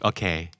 Okay